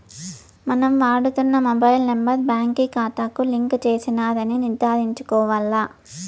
మనం వాడుతున్న mobile number బాంకీ కాతాకు లింక్ చేసినారని నిర్ధారించుకోవాల్ల